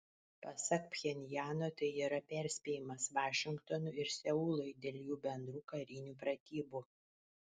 pasak pchenjano tai yra perspėjimas vašingtonui ir seului dėl jų bendrų karinių pratybų